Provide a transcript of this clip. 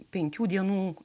penkių dienų